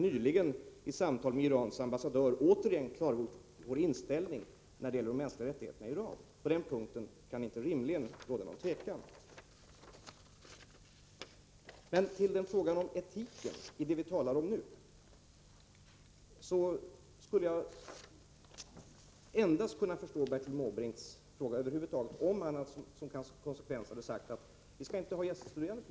nyligen i samtal med Irans ambassadör återigen klargjort vår inställning när det gäller de mänskliga rättigheterna i Iran. Så på den punkten kan det rimligen inte råda något tvivel. Sedan till frågan om etiken — det som vi nu talar om. Jag skulle endast kunna förstå Bertil Måbrinks fråga över huvud taget om han också hade sagt att vi inte skall ha gäststuderande från Iran.